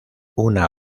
una